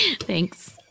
Thanks